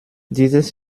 dieses